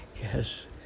yes